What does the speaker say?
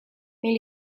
mais